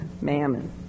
mammon